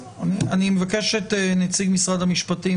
אני מבקש מנציג משרד המשפטים,